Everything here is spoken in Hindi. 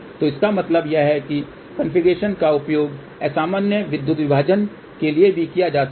तो इसका मतलब यह है कॉन्फ़िगरेशन का उपयोग असमान विद्युत विभाजन के लिए भी किया जा सकता है